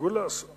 נמסר